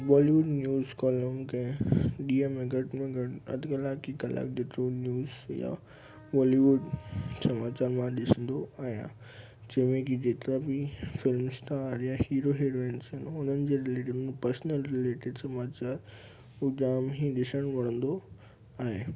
Bollywood news column खे ॾींहं में घट में घटि अधु कलाकु की ॾेढि कलाकु जेतिरो न्यूज या वॉलीवुड समाचार मां ॾिसंदो आहियां जंहिं में की जेतिरा बि फ़िल्म स्टार या हीरो हिरोइन्स उन्हनि जे रिलेटिड पर्सनल रिलेटिड समाचार हू जामु ई ॾिसणु वणंदो आहे